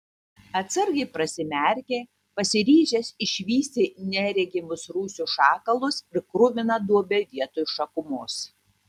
atsargiai prasimerkė pasiryžęs išvysti neregimus rūsių šakalus ir kruviną duobę vietoj šakumos